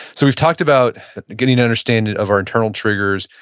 so we've talked about getting understanding of our internal triggers,